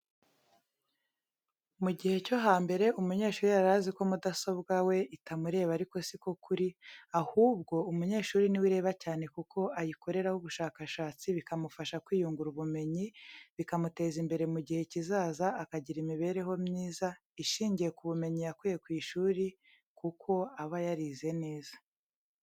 Mu gihe cyo hambere umunyeshuri yari azi ko mudasobwa we itamureba ariko si ko kuri, ahubwo umunyeshuri ni we ireba cyane kuko ayikoreraho ubushakashatsi, bikamufasha kwiyungura ubumenyi bikazamuteza imbere mu gihe kizaza akagira imibereho myiza, ishingiye ku bumenyi yakuye ku ishuri kuko aba yarize neza.